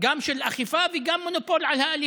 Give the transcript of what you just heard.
גם על אכיפה וגם על האלימות,